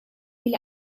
will